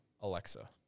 Alexa